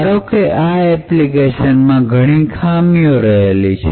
ધારો કે આ એપ્લિકેશનમાં ઘણી બધી ખામી છે